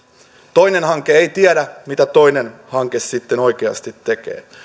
toinen hanke ei tiedä mitä toinen hanke sitten oikeasti tekee